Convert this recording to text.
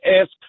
ask